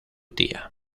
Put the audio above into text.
tía